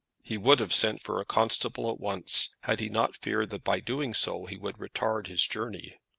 he would have sent for a constable at once, had he not feared that by doing so, he would retard his journey.